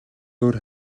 өөр